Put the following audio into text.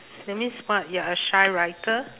that means what you're a shy writer